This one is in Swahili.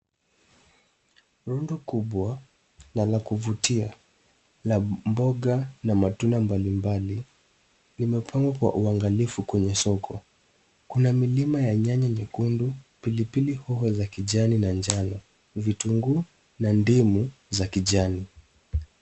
Rundo kubwa na la kuvutia la mboga na matunda mbalimbali, limepangwa kwa uangalifu kwenye soko kuna milima ya nyaya nyekundu, pilipili hoho za kijani na njano, vitunguu na ndimu za kijani.